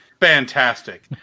fantastic